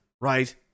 right